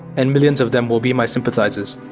and millions of them will be my sympathizers,